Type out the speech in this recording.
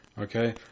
Okay